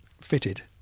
fitted